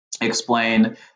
explain